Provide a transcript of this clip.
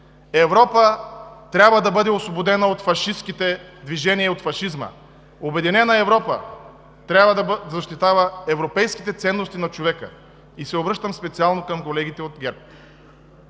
„Европа трябва да бъде освободена от фашистките движения и от фашизма. Обединена Европа трябва да защитава европейските ценности на човека.“ И се обръщам специално към колегите от ГЕРБ